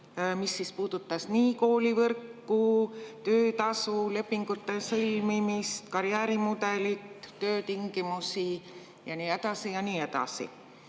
mis puudutas koolivõrku, töötasulepingute sõlmimist, karjäärimudelit, töötingimusi ja nii edasi – tegelikult